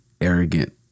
arrogant